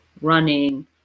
running